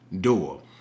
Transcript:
door